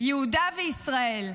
יהודה וישראל,